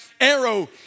arrow